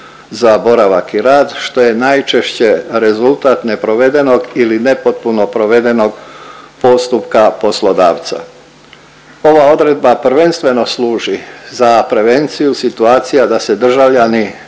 za boravak i rad, što je najčešće rezultat neprovedenog ili nepotpuno provedenog postupka poslodavca. Ova odredba prvenstveno služi za prevenciju situacija da se državljani